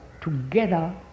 together